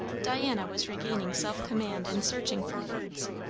diana was regaining self-command and searching for words.